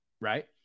Right